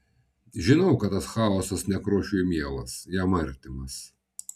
žinau kad tas chaosas nekrošiui mielas jam artimas